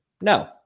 No